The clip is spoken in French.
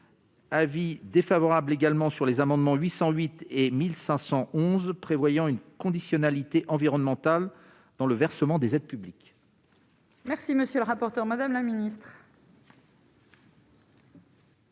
avis défavorable également sur les amendements 808 et 1511 prévoyant une conditionnalité environnementale dans le versement des aides publiques. Merci, monsieur le rapporteur, Madame la Ministre.